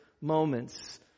moments